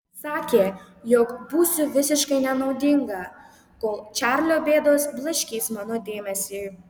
sakė jog būsiu visiškai nenaudinga kol čarlio bėdos blaškys mano dėmesį